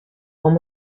one